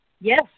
Yes